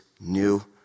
new